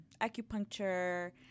acupuncture